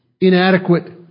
inadequate